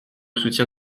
soutien